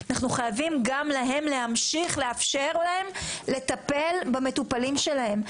אנחנו חייבים גם להם להמשיך לאפשר להם לטפל במטופלים שלהם.